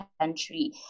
country